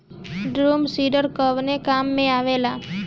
Drum seeder कवने काम में आवेला?